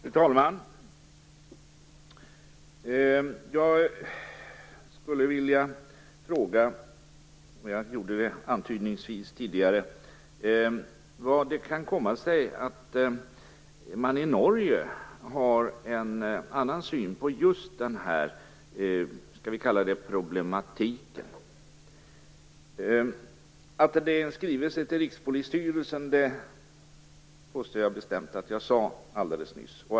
Fru talman! Jag skulle vilja fråga - jag gjorde det antydningsvis tidigare - hur det kan komma sig att man i Norge har en annan syn på just denna problematik. Att det gäller en skrivelse till Rikspolisstyrelsen påstår jag bestämt att jag sade alldeles nyss.